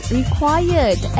required